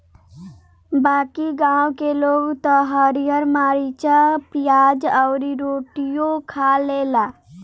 बाकी गांव के लोग त हरिहर मारीचा, पियाज अउरी रोटियो खा लेला